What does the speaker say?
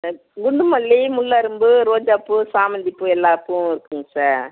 குண்டு மல்லி முல்லைரும்பு ரோஜாப்பூ சாமந்திப்பூ எல்லா பூவும் இருக்குங்க சார்